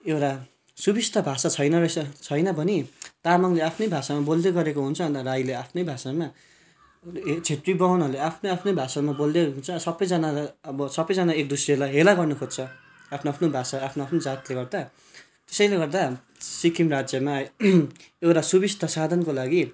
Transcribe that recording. एउटा सुविस्ता भाषा छैन रहेछ छैन भने तामाङले आफ्नै भाषामा बोल्दै गरेको हुन्छ अन्त राईले आफ्नै भाषामा छेत्री बाहुनहरूले आफ्नै आफ्नै भाषामा बोल्दै हुन्छ सबैजना अब सबैजना एक दोस्रोलाई हेला गर्नु खोज्छ आफ्नो आफ्नो भाषा आफ्नो आफ्नो जातले गर्दा त्यसैले गर्दा सिक्किम राज्यमा एउटा सुविस्ता साधनको लागि